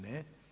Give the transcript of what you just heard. Ne.